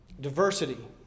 Diversity